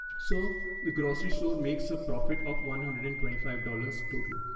so the grocery store makes a profit of one hundred and twenty five dollars total.